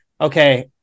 Okay